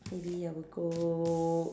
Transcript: maybe I will go